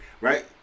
right